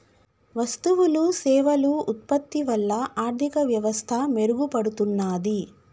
వస్తువులు సేవలు ఉత్పత్తి వల్ల ఆర్థిక వ్యవస్థ మెరుగుపడుతున్నాది